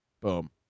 Boom